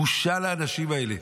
בושה לאנשים האלה.